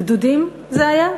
"גדודים" זה היה?